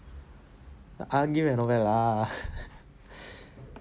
ugly meh not bad lah